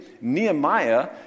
Nehemiah